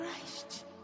Christ